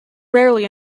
rarely